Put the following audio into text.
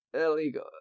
Illegal